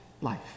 life